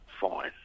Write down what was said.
fine